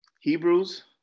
Hebrews